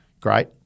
great